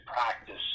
practice